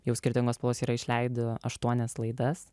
jau skirtingos spalvos yra išleido aštuonias laidas